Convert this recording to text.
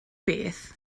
beth